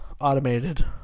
automated